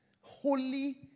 holy